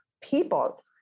people